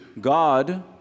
God